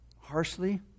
harshly